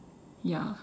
ya